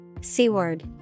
Seaward